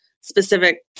specific